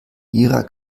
ihrer